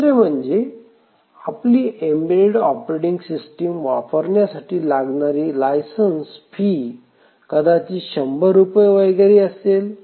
दुसरे म्हणजे आपली एम्बेडेड ऑपरेटिंग सिस्टिम वापरण्यासाठी लागणारी लायसन्स फी कदाचित शंभर रुपये वगैरे असेल